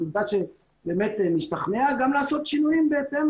ובמידה שבאמת נשתכנע גם לעשות שינויים בהתאם